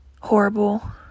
horrible